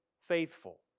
faithful